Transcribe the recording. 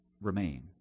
remain